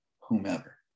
whomever